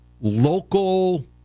Local